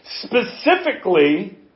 Specifically